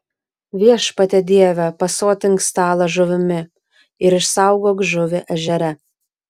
viešpatie dieve pasotink stalą žuvimi ir išsaugok žuvį ežere